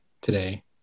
today